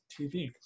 TV